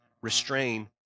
restrain